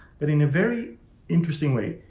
but in a very interesting way,